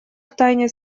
втайне